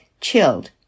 chilled